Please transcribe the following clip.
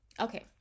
okay